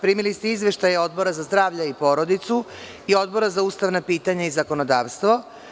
Primili ste izveštaje Odbora za zdravlje i porodicu i Odbora za ustavna pitanja i zakonodavstvo.